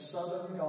Southern